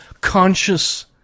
conscious